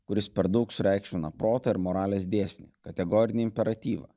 kuris per daug sureikšmina protą ir moralės dėsnį kategorinį imperatyvą